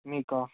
నీకా